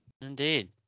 Indeed